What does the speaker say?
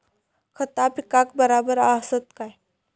खता पिकाक बराबर आसत काय?